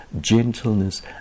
gentleness